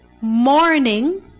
morning